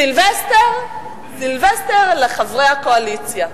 סילבסטר לחברי הקואליציה.